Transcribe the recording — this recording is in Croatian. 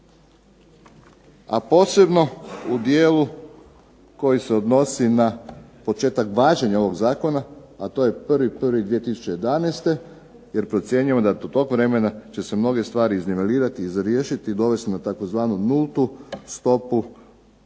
a posebno u dijelu koji se odnosi na početak važenja ovog zakona a to je 1.1.2011. jer procjenjujemo da do tog vremena će se mnoge stvari iznivelirati, izriješiti i dovesti na tzv. nultu stopu